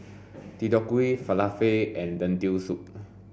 Deodeok Gui Falafel and Lentil soup